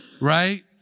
right